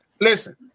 Listen